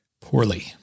poorly